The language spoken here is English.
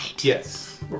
Yes